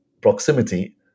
proximity